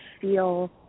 feel